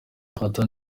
arthur